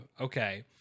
Okay